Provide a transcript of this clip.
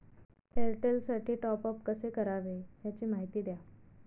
एअरटेलसाठी टॉपअप कसे करावे? याची माहिती द्या